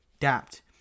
adapt